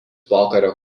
pokario